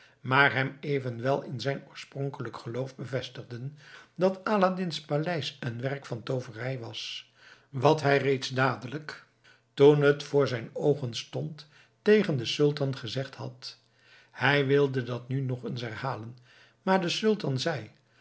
maar hem evenwel in zijn oorspronkelijk geloof bevestigden dat aladdin's paleis een werk van tooverij was wat hij reeds dadelijk toen het voor zijn oogen stond tegen den sultan gezegd had hij wilde dat nu nog eens herhalen maar de sultan zei